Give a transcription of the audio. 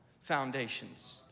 foundations